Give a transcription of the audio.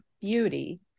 beauty